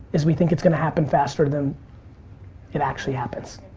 is we think it's going to happen faster than it actually happens.